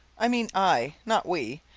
i mean i, not we,